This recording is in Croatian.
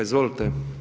Izvolite.